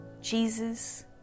Jesus